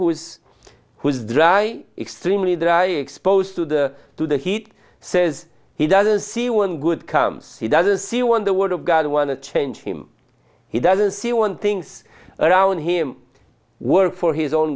who is whose dry extremely dry exposed to the to the heat says he doesn't see one good comes he doesn't see one the word of god want to change him he doesn't see one things around him work for his own